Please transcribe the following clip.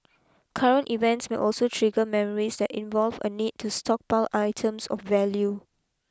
current events may also trigger memories that involve a need to stockpile items of value